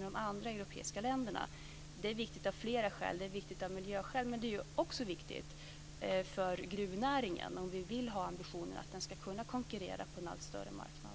de andra europeiska länderna och ett gemensamt arbete med dem. Det är viktigt av flera skäl. Det är viktigt av miljöskäl, men det är också viktigt för gruvnäringen om vi vill ha ambitionen att den ska kunna konkurrera på en allt större marknad.